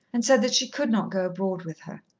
and said that she could not go abroad with her.